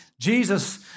Jesus